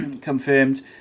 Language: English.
confirmed